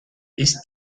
ist